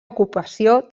ocupació